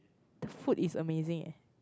the food is amazing eh